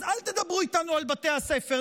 אז אל תדברו איתנו על בתי הספר.